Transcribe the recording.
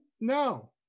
No